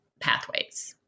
pathways